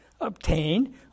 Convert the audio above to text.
obtained